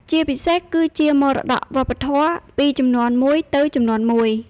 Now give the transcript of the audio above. ជាពិសេសគឺជាមរតកវប្បធម៌ ពីជំនាន់មួយទៅជំនាន់មួយ។